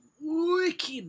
wicked